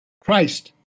Christ